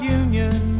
union